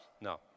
No